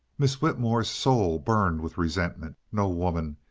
miss whitmore's soul burned with resentment. no woman,